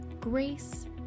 Grace